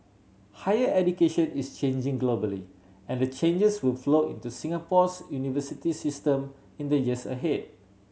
higher education is changing globally and the changes will flow into Singapore's university system in the years ahead